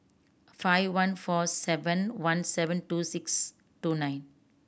five one four seven one seven two six two nine